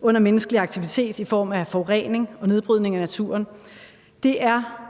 under menneskelig aktivitet i form af forurening og nedbrydning af naturen. Det er